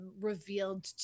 revealed